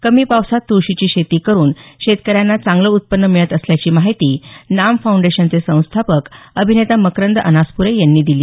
कमी पावसात तुळशीची शेती करून शेतकऱ्यांना चांगलं उत्पन्न मिळत असल्याची माहिती नाम फाउंडेशनचे संस्थापक अभिनेता मकरंद अनासप्रे यांनी दिली